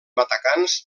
matacans